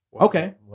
okay